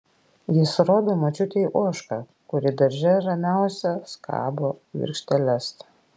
jis rodo močiutei ožką kuri darže ramiausia skabo virkšteles